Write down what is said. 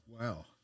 Wow